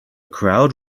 crowd